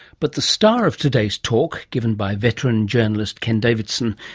but the star of today's talk, given by veteran journalist ken davidson,